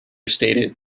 stated